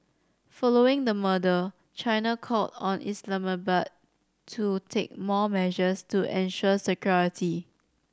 following the murder China called on Islamabad to take more measures to ensure security